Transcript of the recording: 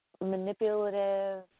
manipulative